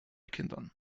kindern